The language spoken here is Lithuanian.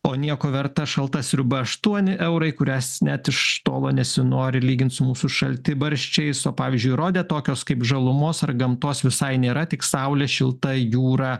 o nieko verta šalta sriuba aštuoni eurai kurias net iš tolo nesinori lygint su mūsų šaltibarščiais o pavyzdžiui rode tokios kaip žalumos ar gamtos visai nėra tik saulė šilta jūra